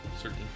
certain